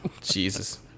Jesus